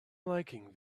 liking